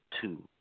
two